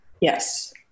Yes